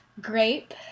grape